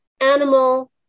animal